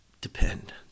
depend